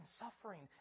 suffering